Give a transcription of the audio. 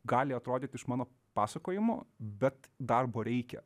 gali atrodyt iš mano pasakojimo bet darbo reikia